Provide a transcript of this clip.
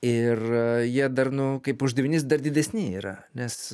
ir jie dar nu kaip uždavinys dar didesni yra nes